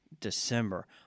December